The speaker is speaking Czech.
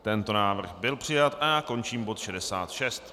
Tento návrh byl přijat a já končím bod 66.